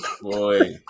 boy